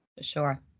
Sure